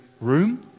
room